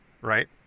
right